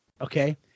Okay